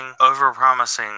overpromising